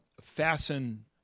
fasten